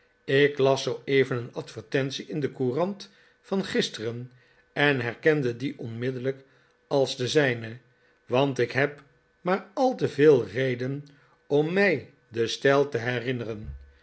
ik las zooeven een advertentie in de courant van gisteren en herkende die onmiddellijk als de zijne want ik heb maar al te veel reden om mij den stijl te herinneren